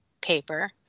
paper